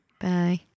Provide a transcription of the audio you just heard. Bye